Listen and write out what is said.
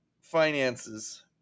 finances